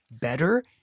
better